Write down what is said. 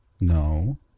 No